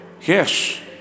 Yes